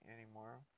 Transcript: anymore